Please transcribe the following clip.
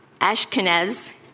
Ashkenaz